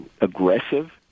Aggressive